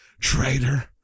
traitor